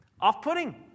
off-putting